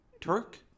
Turk